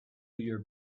your